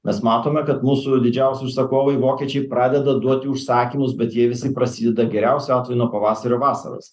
mes matome kad mūsų didžiausi užsakovai vokiečiai pradeda duoti užsakymus bet jie visi prasideda geriausiu atveju nuo pavasario vasaros